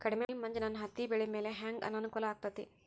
ಕಡಮಿ ಮಂಜ್ ನನ್ ಹತ್ತಿಬೆಳಿ ಮ್ಯಾಲೆ ಹೆಂಗ್ ಅನಾನುಕೂಲ ಆಗ್ತೆತಿ?